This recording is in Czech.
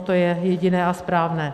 To je jediné a správné.